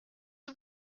are